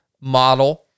model